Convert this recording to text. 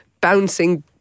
bouncing